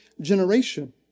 generation